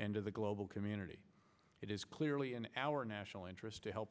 and to the global community it is clearly in our national interest to help